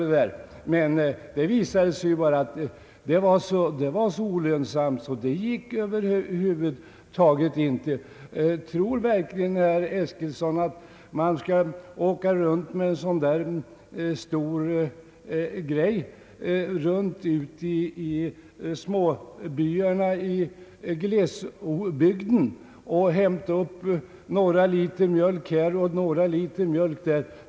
Men projektet visade sig vara så olönsamt att det över huvud taget inte gick att fullfölja. Tror verkligen herr Eskilsson att man kan köra runt med ett så stort fordon till småbyarna i glesbygden för att hämta några liter mjölk här och några liter där?